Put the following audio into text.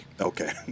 Okay